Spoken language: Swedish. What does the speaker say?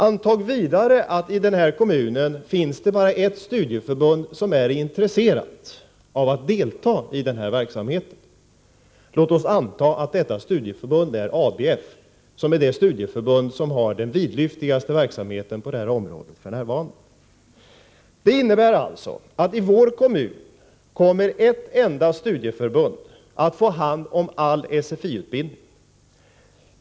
Antag vidare att i denna kommun finns bara ett studieförbund som är intresserat av att delta i denna verksamhet. Låt oss anta att detta studieförbund är ABF, som är det studieförbund som f.n. har den vidlyftigaste verksamheten på detta område. Det innebär alltså i vår kommun att ett enda studieförbund kommer att få ta hand om all SFI-utbildning.